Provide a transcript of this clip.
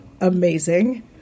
amazing